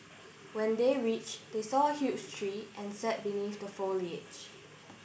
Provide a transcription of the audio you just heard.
when they reach they saw huge tree and set beneath the foliage